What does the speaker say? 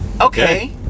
Okay